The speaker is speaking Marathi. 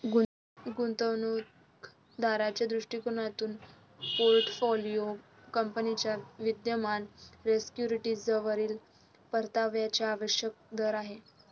गुंतवणूक दाराच्या दृष्टिकोनातून पोर्टफोलिओ कंपनीच्या विद्यमान सिक्युरिटीजवरील परताव्याचा आवश्यक दर आहे